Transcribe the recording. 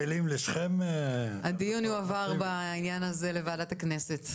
בעניין הזה הדיון יועבר לוועדת הכנסת.